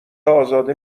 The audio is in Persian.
ازاده